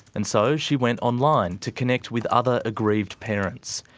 and so she went online to connect with other aggrieved parents.